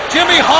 Jimmy